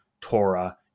Torah